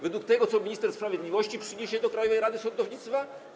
Według tego, co minister sprawiedliwości przyniesie do Krajowej Rady Sądownictwa?